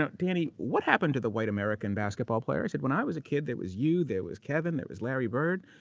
ah danny, what happened to the white american basketball players? when i was a kid, there was you, there was kevin, there was larry bird,